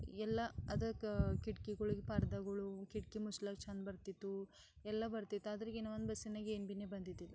ಎಲ್ಲ ಅದಕ್ಕೆ ಕಿಟಕಿಗಳು ಪರ್ದಗಳು ಕಿಟಕಿ ಮುಚ್ಲಿಕ್ಕೆ ಚೆಂದ ಬರ್ತಿತ್ತು ಎಲ್ಲ ಬರ್ತಿತ್ತು ಆದ್ರೆ ಇನ್ನೊಂದು ಬಸ್ಸಿನಾಗೇನ್ಬಿನೆ ಬಂದಿದ್ದಿಲ್ಲ